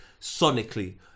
sonically